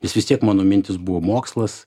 nes vis tiek mano mintys buvo mokslas